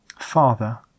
Father